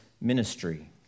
ministry